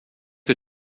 que